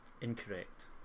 Incorrect